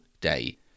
day